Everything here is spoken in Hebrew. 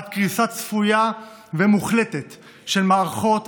עד קריסה צפויה ומוחלטת של מערכות,